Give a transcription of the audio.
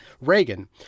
Reagan